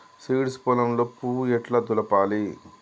Seeds పొలంలో పువ్వు ఎట్లా దులపాలి?